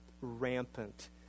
rampant